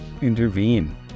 intervene